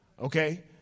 Okay